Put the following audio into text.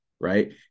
Right